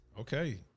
Okay